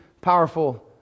powerful